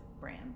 brand